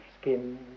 skin